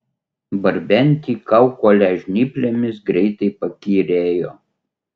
barbenti kaukolę žnyplėmis greitai pakyrėjo